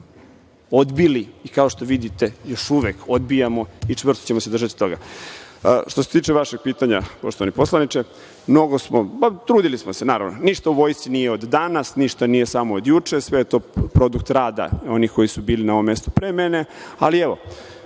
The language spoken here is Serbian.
odosmo. Odbili i kao što vidite, još uvek odbijamo i čvrsto ćemo se držati toga. Što se tiče vašeg pitanja, poštovani poslaniče, mnogo smo, trudili smo se, naravno, ništa u vojsci nije od danas, ništa nije samo od juče, sve je to produkt rada onih koji su bili na ovom mestu pre mene, ali evo,